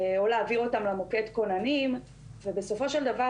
או להעביר אותם למוקד כוננים ובסופו של דבר,